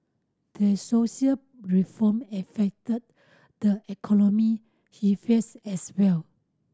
the social reform affect the economy as well